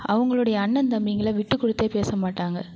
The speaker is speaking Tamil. அவங்களுடைய அண்ணன் தம்பிங்களை விட்டுக் கொடுத்தே பேசமாட்டாங்க